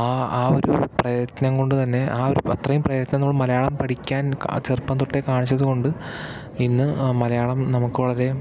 ആ ആ ഒരു പ്രയത്നം കൊണ്ടുതന്നെ ആ ഒരു അത്രയും പ്രയത്നം മലയാളം പഠിക്കാൻ ചെറുപ്പം തൊട്ടേ കാണിച്ചതുകൊണ്ടു ഇന്ന് മലയാളം നമുക്ക് വളരെ